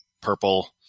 purple